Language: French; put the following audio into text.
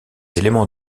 éléments